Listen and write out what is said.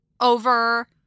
over